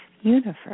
universe